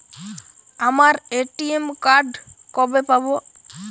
আমার ATM card কবে পাব?